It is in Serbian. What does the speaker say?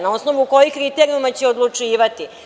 Na osnovu kojih kriterijuma će odlučivati?